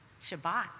Shabbat